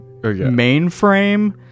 mainframe